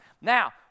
Now